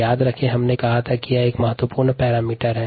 याद रखें हमने कहा कि दशमलव में कमी का समय एक महत्वपूर्ण मापदंड हैं